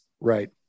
Right